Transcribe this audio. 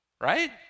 right